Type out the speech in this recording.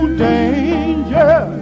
danger